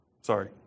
sorry